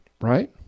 Right